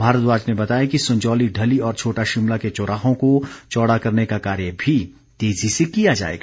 भारद्वाज ने बताया कि संजौली ढली और छोटा शिमला के चौराहों को चौड़ा करने का कार्य भी तेज़ी से किया जाएगा